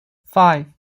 five